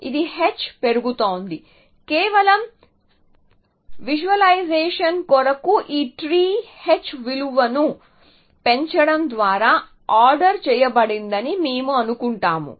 ఇది h పెరుగుతోంది కేవలం విజువలైజేషన్ కొరకు ఈ ట్రీ h విలువలను పెంచడం ద్వారా ఆర్డర్ చేయబడిందని మేము అనుకుంటాము